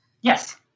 Yes